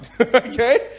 Okay